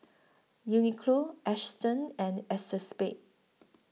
Uniqlo Astons and ACEXSPADE